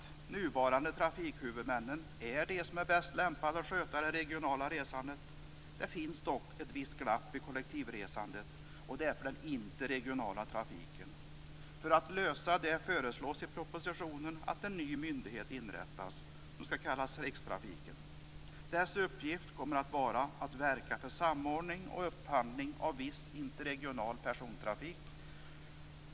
De nuvarande trafikhuvudmännen är de som är bäst lämpade att sköta det regionala resandet. Det finns dock ett visst glapp i kollektivresandet, och det är i den interregionala trafiken. För att lösa problemet föreslås i propositionen att en ny myndighet inrättas som skall kallas rikstrafiken. Dess uppgift kommer att vara att verka för samordning och upphandling av viss interregional persontrafik.